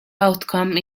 outcome